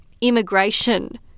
Immigration